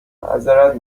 معذرت